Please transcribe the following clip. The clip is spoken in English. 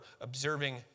observing